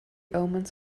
omens